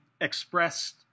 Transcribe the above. expressed